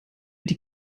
die